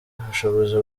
ubushobozi